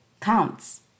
counts